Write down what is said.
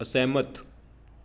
ਅਸਹਿਮਤ